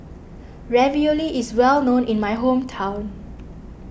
Ravioli is well known in my hometown